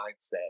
mindset